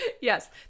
Yes